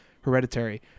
Hereditary